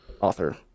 author